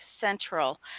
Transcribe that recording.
Central